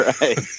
right